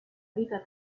vita